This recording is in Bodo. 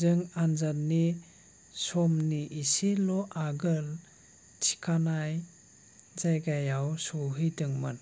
जों आन्जादनि समनि इसेल' आगोल थिखानाय जायगायाव सहैदोंमोन